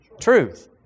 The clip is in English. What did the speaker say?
truth